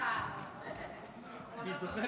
אני אדבר